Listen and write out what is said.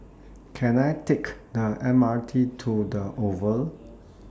Can I Take The M R T to The Oval